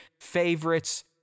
favorites